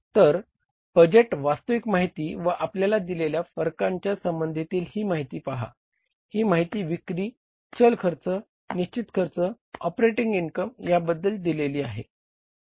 तर बजेट वास्तविक माहिती व आपल्याला दिलेल्या फरका संबंधीतील ही माहिती पहा ही माहिती विक्री चल खर्च निशचित खर्च ऑपरेटिंग इनकम यांबद्दल दिलेली आहे